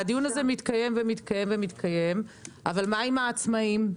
והדיון הזה מתקיים ומתקיים, אבל מה עם העצמאים?